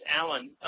alan